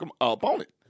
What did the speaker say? opponent